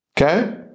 Okay